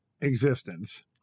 existence